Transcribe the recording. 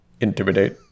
Intimidate